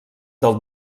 del